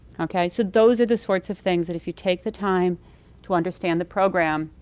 okay? so those are the sorts of things that if you take the time to understand the program,